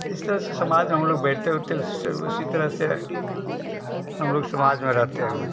इस तरह से समाज में हम लोग उठते बैठते उसी तरह से हम लोग समाज में रहते हैं